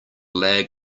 lag